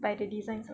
by the designs lah